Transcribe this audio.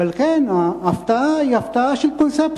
ועל כן ההפתעה היא הפתעה של קונספציה,